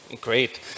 Great